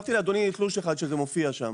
שלחתי לאדוני תלוש אחד שזה מופיע שם.